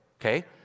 Okay